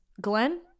glenn